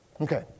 Okay